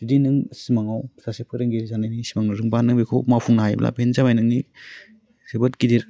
जुदि नों सिमाङाव सासे फोरोंगिरि जानायनि सिमां नुदोंबा नों बेखौ मावफुंनो हायोब्ला बेनो जाबाय नोंनि जोबोद गिदिर